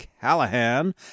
Callahan